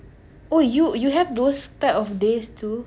oh you you have those type of days too